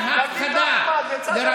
מעצרי הפחדה, תגיד, אחמד, לצד המחבלים.